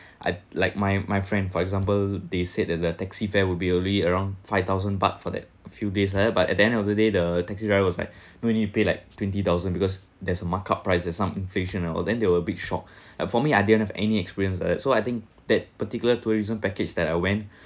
I like my my friend for example they said that the taxi fare will be only around five thousand bhat for that few days ah but at the end of the day the taxi driver was like want you pay like twenty thousand because there's a markup price some inflation then they were big shocked and for me I didn't have any experience like that so I think that particular tourism package that I went